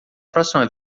próxima